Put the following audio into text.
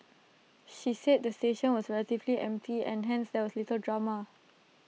she said the station was relatively empty and hence there was little drama